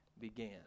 Began